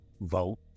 vote